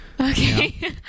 Okay